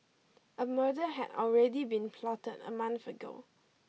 a murder had already been plotted a month ago